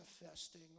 manifesting